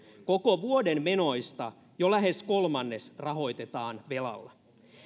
koko vuoden menoista jo lähes kolmannes rahoitetaan velalla